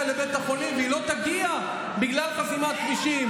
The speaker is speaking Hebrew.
לבית החולים והיא לא תגיע בגלל חסימת כבישים.